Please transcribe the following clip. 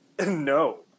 No